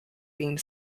being